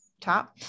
top